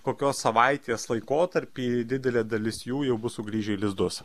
kokios savaitės laikotarpy didelė dalis jų jau bus sugrįžę į lizdus